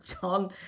John